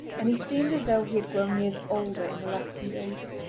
and he seemed as though he had grown years older in the last few days.